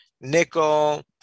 nickel